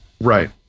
right